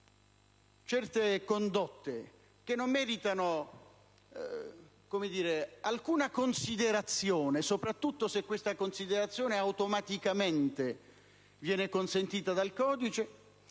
certe condotte che non meritano alcuna considerazione, soprattutto se questa considerazione automaticamente viene consentita dal codice,